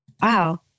Wow